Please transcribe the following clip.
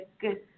good